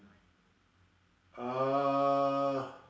uh